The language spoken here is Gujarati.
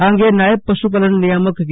આ અંગે નાયબ પશુપાલન નિયામન કે